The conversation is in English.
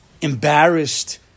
embarrassed